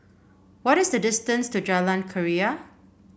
what is the distance to Jalan Keria